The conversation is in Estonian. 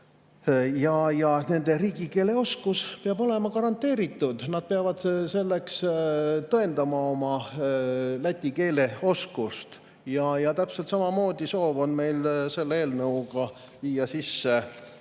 Ja nende riigikeeleoskus peab olema garanteeritud, nad peavad tõendama oma läti keele oskust. Täpselt samamoodi soovime meie selle eelnõuga viia sisse,